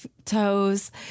toes